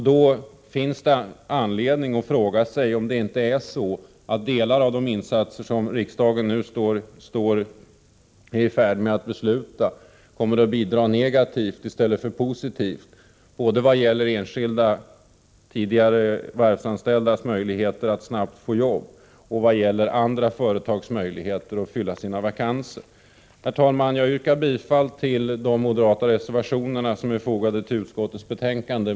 Då finns det anledning att fråga sig om inte de insatser som riksdagen nu är i färd med att besluta om kommer att ha en negativ i stället för en positiv effekt både när det gäller enskilda tidigare varvsanställdas möjligheter att snabbt få arbete och när det gäller andra företags möjligheter att fylla sina vakanser. Herr talman! Jag yrkar bifall till de moderata reservationer som är fogade till utskottets betänkande.